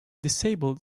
disabled